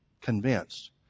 convinced